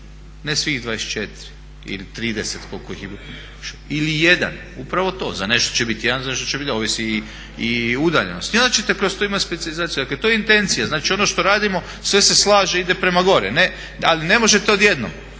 ih ima. Ili jedan. Upravo to. Za nešto će biti jedan, ovisi i o udaljenosti i onda ćete kroz to imati specijalizaciju. Dakle, to je intencija. Znači, ono što radimo sve se slaže, ide prema gore, ali ne možete odjednom.